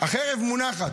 החרב מונחת.